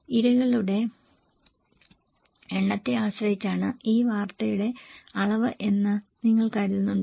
ഇരകളുടെ എണ്ണത്തെ ആശ്രയിച്ചാണ് ആ വാർത്തയുടെ അളവ് എന്ന് നിങ്ങൾ കരുതുന്നുണ്ടോ